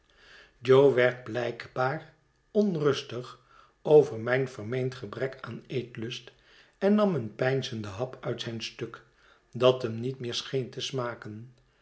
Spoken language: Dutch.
jo werd blijkbaar onrustig over mijn vermeend gebrek aan eetlust en nam een peinzenden hap uit zijn stuk dat hem niet meer scheen te smaken